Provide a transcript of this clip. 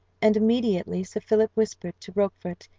and immediately sir philip whispered to rochfort,